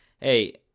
hey